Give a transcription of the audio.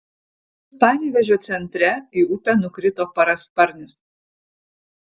panevėžio centre į upę nukrito parasparnis